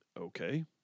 Okay